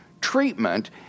treatment